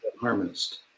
Harmonist